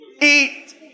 Eat